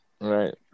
right